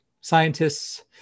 scientists